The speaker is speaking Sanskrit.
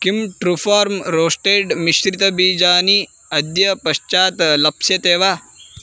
किं ट्रु फ़ार्म् रोस्टेड् मिश्रितबीजानि अद्य पश्चात् लप्स्यते वा